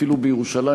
אפילו בירושלים,